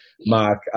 Mark